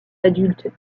adultes